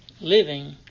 living